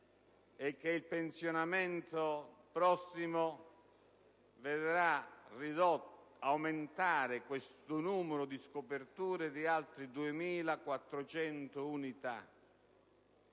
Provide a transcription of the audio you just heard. e che il prossimo pensionamento vedrà aumentare questo numero di scoperture di altre 2.400 unità.